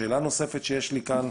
שאלה נוספת יש לי כאן.